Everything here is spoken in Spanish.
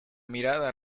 mirada